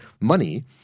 money—